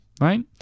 right